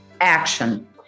Action